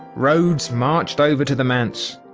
rhodes marched over to the manse.